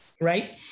right